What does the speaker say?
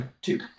Two